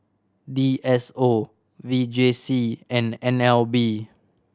D S O V J C and N L B